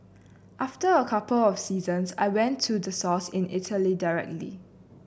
after a couple of seasons I went to the source in Italy directly